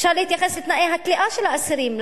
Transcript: אפשר להתייחס לתנאי הכליאה של האסירים,